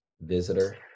visitor